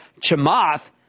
Chamath